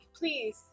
please